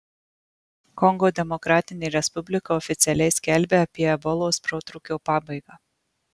kongo demokratinė respublika oficialiai skelbia apie ebolos protrūkio pabaigą